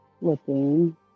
looking